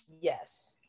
Yes